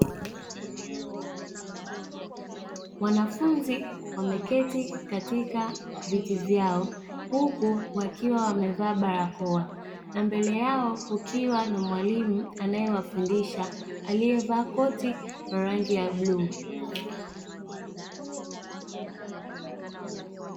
Wanafunzi wameketi katika viti vyao huku wakiwa wamevaa barakoa na mbele yao kukiwa na mwalimu anayewafundisha aliyevaa koti na rangi ya bluu.